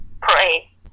pray